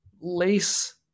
Lace